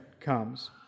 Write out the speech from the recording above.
comes